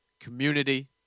community